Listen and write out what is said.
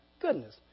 Goodness